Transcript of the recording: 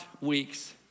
weeks